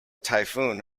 typhoon